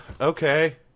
okay